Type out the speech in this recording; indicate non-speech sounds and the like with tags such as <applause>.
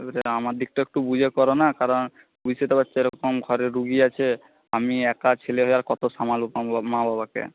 <unintelligible> আমার দিকটাও একটু বুঝে করো না কারণ বুঝতেই তো পারছ এরকম ঘরে রোগী আছে আমি একা ছেলে হয়ে আর কত সামাল <unintelligible> মা বাবাকে